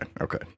okay